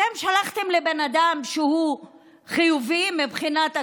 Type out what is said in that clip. אתם שלחתם לבן אדם שהוא חיובי מבחינת הקורונה?